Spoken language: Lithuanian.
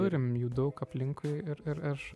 turim jų daug aplinkui ir ir aš